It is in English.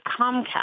Comcast